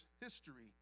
history